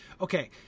Okay